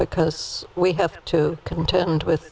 because we have to contend with